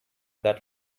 that